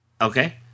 okay